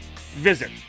visit